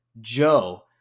Joe